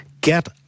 Get